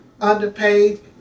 underpaid